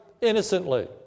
innocently